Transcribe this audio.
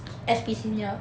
S_P senior